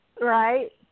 Right